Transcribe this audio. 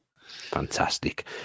Fantastic